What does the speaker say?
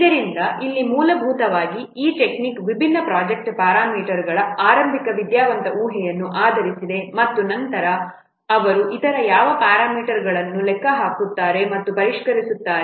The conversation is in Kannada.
ಆದ್ದರಿಂದ ಇಲ್ಲಿ ಮೂಲಭೂತವಾಗಿ ಈ ಟೆಕ್ನಿಕ್ ವಿಭಿನ್ನ ಪ್ರೊಜೆಕ್ಟ್ ಪ್ಯಾರಾಮೀಟರ್ಗಳ ಆರಂಭಿಕ ವಿದ್ಯಾವಂತ ಊಹೆಯನ್ನು ಆಧರಿಸಿದೆ ಮತ್ತು ನಂತರ ಅವರು ಇತರ ಯಾವ ಪ್ಯಾರಾಮೀಟರ್ಗಳನ್ನು ಲೆಕ್ಕಹಾಕುತ್ತಾರೆ ಮತ್ತು ಪರಿಷ್ಕರಿಸುತ್ತಾರೆ